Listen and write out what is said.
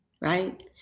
right